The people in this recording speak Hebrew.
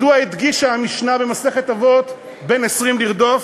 מדוע הדגישה המשנה במסכת אבות: "בן עשרים לרדוף"?